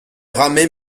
ramait